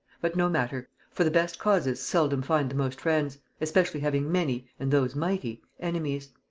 but no matter for the best causes seldom find the most friends, especially having many, and those mighty, enemies.